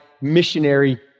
missionary